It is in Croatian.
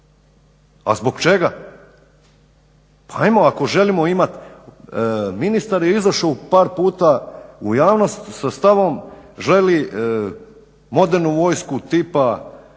a zbog čega? Ajmo ako želimo imati, ministar je izašao par puta u javnost sa stavom želi modernu vojsku tipa